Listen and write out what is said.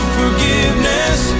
forgiveness